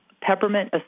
peppermint